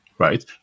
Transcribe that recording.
right